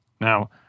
Now